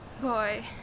Boy